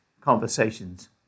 conversations